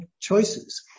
choices